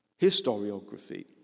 historiography